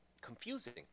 confusing